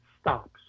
stops